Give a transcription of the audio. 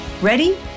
Ready